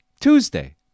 Tuesday